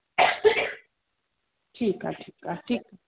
ठीकु आहे ठीकु आहे ठीकु